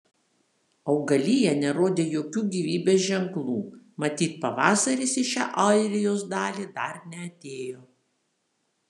augalija nerodė jokių gyvybės ženklų matyt pavasaris į šią airijos dalį dar neatėjo